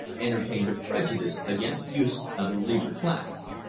entertained a prejudice against youths of the leisure class.